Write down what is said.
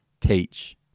Teach